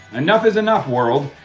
enough is enough world.